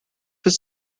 his